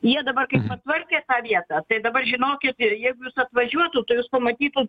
jie dabar patvarkė tą vietą tai dabar žinokit ir jeigu jūs atvažiuotųt pamatytųt